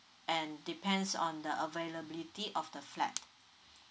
and depends on the availability of the flat